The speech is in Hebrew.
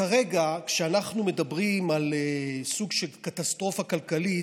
כרגע, כשאנחנו מדברים על סוג של קטסטרופה כלכלית,